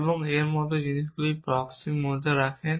এবং এর মতো জিনিসগুলি যদি প্রক্সির মধ্যে রাখেন